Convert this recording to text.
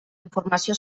informació